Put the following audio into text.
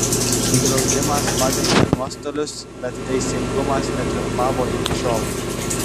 draudimas padengė nuostolius bet teisingumas netriumfavo iki šiol